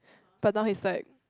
but now he's like